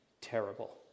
terrible